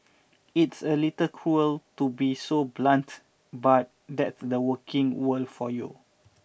it's a little cruel to be so blunt but that's the working world for you